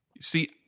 See